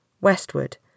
Westward